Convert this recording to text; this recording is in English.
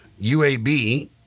UAB